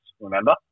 remember